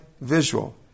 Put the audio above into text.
visual